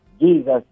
Jesus